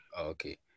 okay